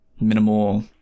minimal